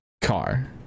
car